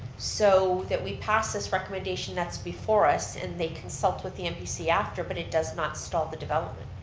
so that we pass this recommendation that's before us and they consult with the npca after, but it does not stall the development.